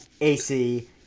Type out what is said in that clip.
AC